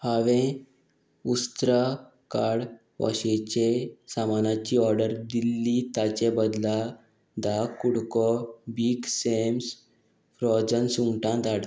हांवें उस्त्रा काड वॉशेचे सामानाची ऑर्डर दिल्ली ताचे बदला धा कु़डको बीग सॅम्स फ्रोझन सुंगटां धाड